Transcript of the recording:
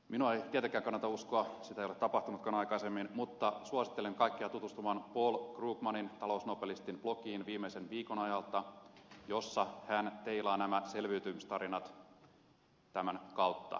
minua ei tietenkään kannata uskoa sitä ei ole tapahtunutkaan aikaisemmin mutta suosittelen kaikkia tutustumaan paul krugmanin talousnobelistin blogiin viimeisen viikon ajalta jossa hän teilaa nämä selviytymistarinat tämän kautta